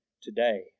today